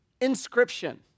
inscription